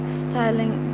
styling